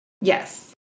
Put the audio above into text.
Yes